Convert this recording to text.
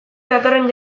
datorren